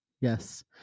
yes